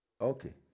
Okay